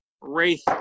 wraith